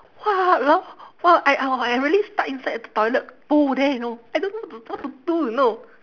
!walao! !wah! I oh I really stuck inside the toilet whole day you know I don't know what to what to do you know